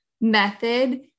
method